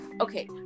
okay